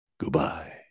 Goodbye